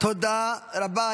תודה רבה.